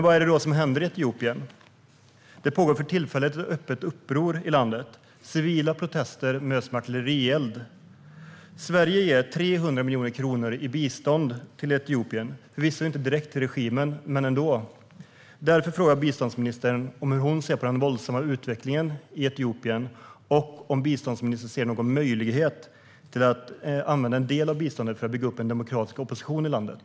Vad är det då som händer i Etiopien? Det pågår för tillfället ett öppet uppror i landet. Civila protester möts med artillerield. Sverige ger 300 miljoner kronor i bistånd till Etiopien, förvisso inte direkt till regimen men ändå. Därför frågar jag biståndsministern hur hon ser på den våldsamma utvecklingen i Etiopien och om hon ser någon möjlighet att använda en del av biståndet till att bygga upp en demokratisk opposition i landet.